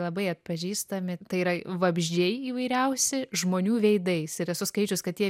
labai atpažįstami tai yra vabzdžiai įvairiausi žmonių veidais ir esu skaičius kad tie